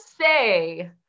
say